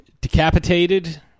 decapitated